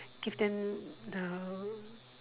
give them the